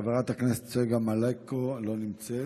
חברת הכנסת צגה מלקו, לא נמצאת,